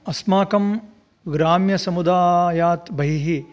अस्माकं ग्राम्यसमुदायात् बहिः